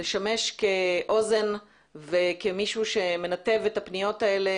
לשמש כאוזן וכמישהו שמנתב את הפניות האלה